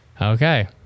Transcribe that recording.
Okay